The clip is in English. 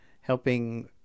helping